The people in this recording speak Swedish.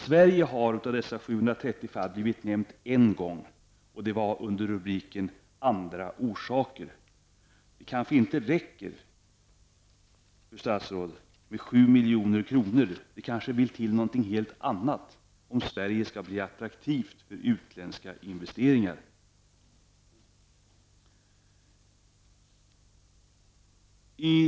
Sverige har i dessa 730 fall nämnts en gång, nämligen under rubriken ''andra orsaker''. Det tyder på att det kanske inte räcker, fru statsråd, men 7 milj.kr. Det kanske vill till något helt annat om Sverige skall bli attraktivt för utländska investeringar! Herr talman!